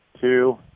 two